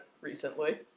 recently